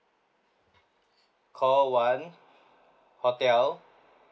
call one hotel